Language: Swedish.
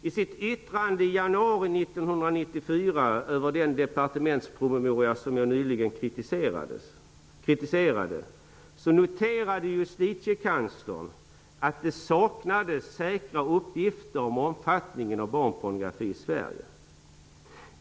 I ett yttrande i januari 1994, över den departementspromemoria som jag nyligen kritiserade, noterade justitiekanslern att det saknades säkra uppgifter om omfattningen av barnpornografi i Sverige.